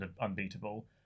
unbeatable